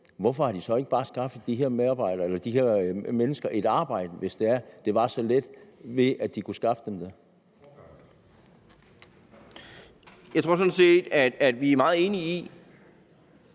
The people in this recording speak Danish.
Hvorfor har de så ikke bare skaffet de her mennesker et arbejde, hvis det var så let at skaffe dem det?